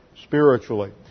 spiritually